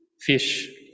fish